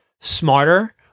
smarter